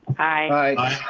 aye aye.